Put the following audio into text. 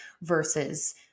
versus